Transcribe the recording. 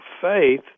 faith